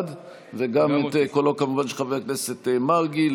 וכמובן גם את קולו של חבר הכנסת מרגי.